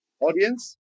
audience